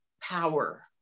power